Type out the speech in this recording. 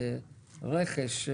רכש,